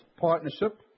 partnership